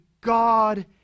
God